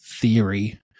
theory